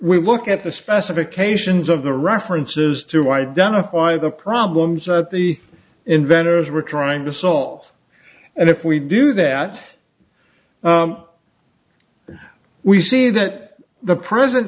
we look at the specifications of the references to identify the problems that the inventors were trying to solve and if we do that we see that the present